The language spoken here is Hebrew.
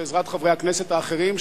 ואת עזרת חברי הכנסת האחרים,